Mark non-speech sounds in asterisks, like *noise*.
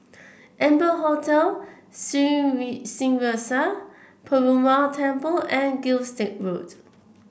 Amber Hotel Sri *unintelligible* Srinivasa Perumal Temple and Gilstead Road